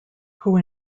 who